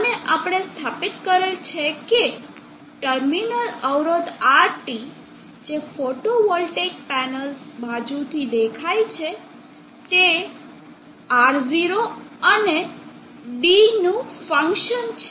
અને આપણે સ્થાપિત કરેલ છે કે ટર્મિનલ અવરોધ RT જે ફોટોવોલ્ટેઇક પેનલ્સ બાજુથી દેખાય છે તે R0 અને d નું ફંક્શન છે